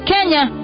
Kenya